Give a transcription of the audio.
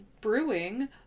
Brewing